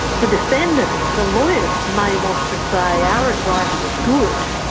the defendant, the lawyers may want to say, our advice was good,